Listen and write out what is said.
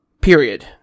Period